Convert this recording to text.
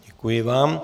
Děkuji vám.